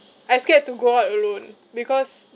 I scared to go out alone because